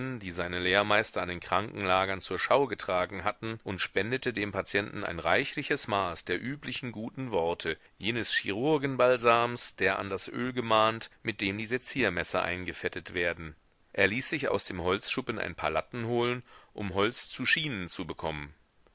die seine lehrmeister an den krankenlagern zur schau getragen harten und spendete dem patienten ein reichliches maß der üblichen guten worte jenes chirurgenbalsams der an das öl gemahnt mit dem die seziermesser eingefettet werden er ließ sich aus dem holzschuppen ein paar latten holen um holz zu schienen zu bekommen